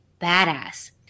badass